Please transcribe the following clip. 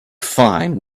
fine